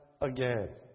again